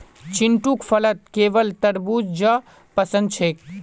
चिंटूक फलत केवल तरबू ज पसंद छेक